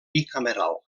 bicameral